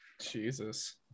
Jesus